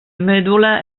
medul·la